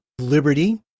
liberty